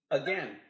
again